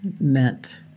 meant